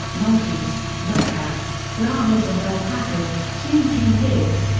monkeys, meerkats, llamas and alpacas, kune kune pigs,